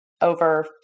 over